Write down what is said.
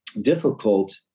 difficult